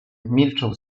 milczą